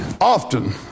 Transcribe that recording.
Often